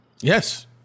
yes